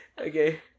okay